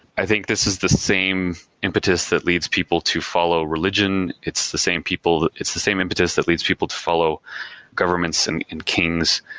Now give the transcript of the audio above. i think this is the same impetus that leads people to follow religion. it's the same people it's the same impetus that leads people to follow governments and and kings.